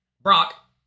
Brock